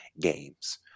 games